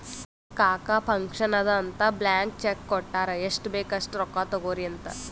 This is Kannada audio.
ನಮ್ ಕಾಕಾ ಫಂಕ್ಷನ್ ಅದಾ ಅಂತ್ ಬ್ಲ್ಯಾಂಕ್ ಚೆಕ್ ಕೊಟ್ಟಾರ್ ಎಷ್ಟ್ ಬೇಕ್ ಅಸ್ಟ್ ರೊಕ್ಕಾ ತೊಗೊರಿ ಅಂತ್